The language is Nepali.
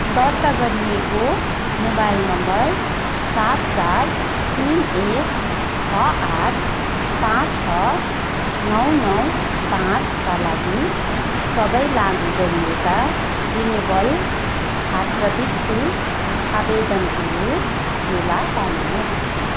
दर्ता गरिएको मोबाइल नम्बर सात चार तिन एक छ आठ पाँच छ नौ नौ पाँचका लागि सबै लागु गरिएका रिनेवल छात्रवृत्ति आवेदनहरू फेला पार्नुहोस्